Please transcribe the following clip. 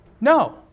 No